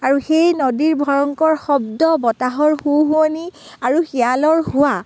আৰু সেই নদীৰ ভয়ংকৰ শব্দ বতাহৰ হো হোৱনি আৰু শিয়ালৰ হোৱা